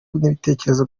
n’ibitekerezo